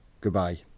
Goodbye